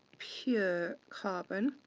pure carbon,